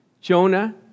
Jonah